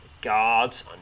guards